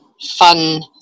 fun